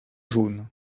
jaune